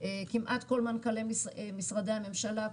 כמעט כל מנכ"לי משרדי הממשלה,